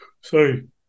sorry